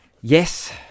Yes